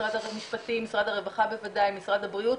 משרד המשפטים, משרד הרווחה בוודאי, משרד הבריאות,